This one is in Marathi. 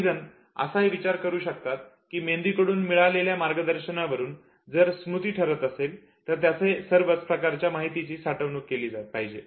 काहीजण असाही विचार करू शकतात की मेंदू कडून मिळणाऱ्या मार्गदर्शनावरून जर स्मृती ठरत असेल तर त्याने सर्वच प्रकारच्या माहितीची साठवणूक केली पाहिजे